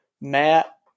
Matt